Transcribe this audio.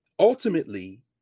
Ultimately